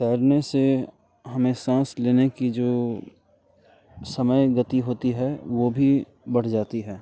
तैरने से हमें साँस लेने की जो समय गति होती है वो भी बढ़ जाती है